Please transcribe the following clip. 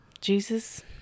Jesus